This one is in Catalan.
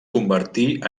convertí